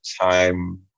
time